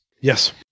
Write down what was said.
Yes